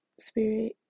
Spirit